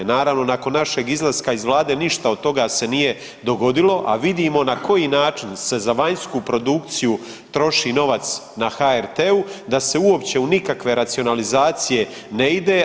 Naravno nakon našeg izlaska iz Vlade ništa od toga se nije dogodilo, a vidimo na koji način se za vanjsku produkciju troši novac na HRT-u da se uopće u nikakve racionalizacije ne ide.